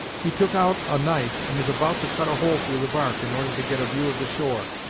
he took out a knife and was about to cut a hole through the bark, in order to get a view of the shore,